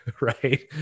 Right